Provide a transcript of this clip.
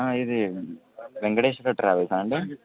ఇది వెంకటేశ్వర ట్రావెల్సా అండి